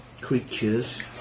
creatures